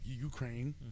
Ukraine